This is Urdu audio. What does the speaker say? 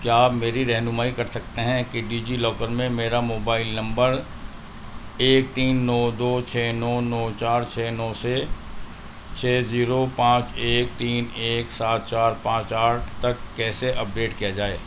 کیا آپ میری رہنمائی کر سکتے ہیں کہ ڈیجی لاکر میں میرا موبائل نمبر ایک تین نو دو چھہ نو نو چار چھہ نو سے چھہ زیرو پانچ ایک تین ایک سات چار پانچ آٹھ تک کیسے اپ ڈیٹ کیا جائے